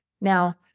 Now